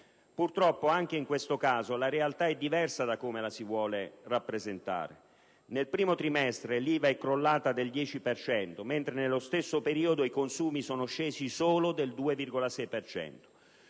Purtroppo, anche in questo caso la realtà è diversa da come la si vuole rappresentare: nel primo trimestre l'IVA è crollata del 10 per cento, mentre nello stesso periodo i consumi sono scesi solo del 2,6